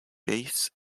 bass